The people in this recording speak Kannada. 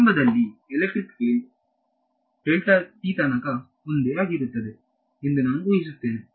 ಪ್ರಾರಂಭದಲ್ಲಿ ಎಲೆಕ್ಟ್ರಿಕ್ ಫೀಲ್ಡ್ವು ತನಕ ಒಂದೇ ಆಗಿರುತ್ತದೆ ಎಂದು ನಾನು ಊಹಿಸುತ್ತೇನೆ